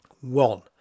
One